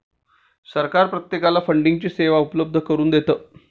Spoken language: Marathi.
सरकार प्रत्येकाला फंडिंगची सेवा उपलब्ध करून देतं